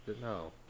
No